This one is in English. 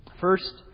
First